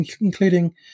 including